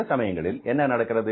சில சமயங்களில் என்ன நடக்கிறது